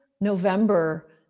November